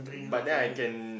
but then I can